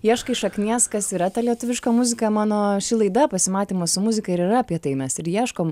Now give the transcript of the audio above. ieškai šaknies kas yra ta lietuviška muzika mano ši laida pasimatymas su muzika ir yra apie tai mes ir ieškom